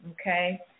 okay